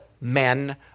men